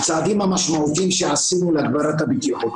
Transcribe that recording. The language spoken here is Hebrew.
הצעדים המשמעותיים שעשינו להגברת הבטיחות.